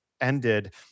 ended